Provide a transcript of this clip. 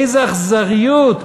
איזו אכזריות,